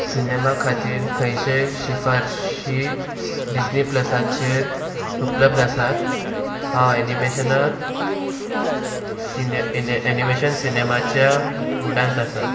cinema खातीर खंयचेय शिफारशी डिजनी प्लसाचेर उपलब्ध आसात हांव एनिमेशनां सिने इने सिने एनिमेशन सिनेमाच्या मुडांत आसा